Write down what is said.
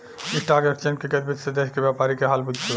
stock exchange के गतिविधि से देश के व्यापारी के हाल बुझला